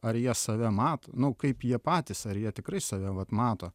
ar jie save mato nu kaip jie patys ar jie tikrai save vat mato